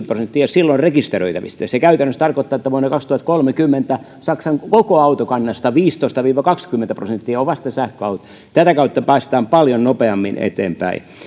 prosenttia vuonna kaksituhattakolmekymmentä rekisteröitävistä autoista on sähköautoja se käytännössä tarkoittaa että vuonna kaksituhattakolmekymmentä saksan koko autokannasta vasta viisitoista viiva kaksikymmentä prosenttia on sähköautoja tätä kautta päästään paljon nopeammin eteenpäin